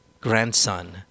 grandson